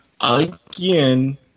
again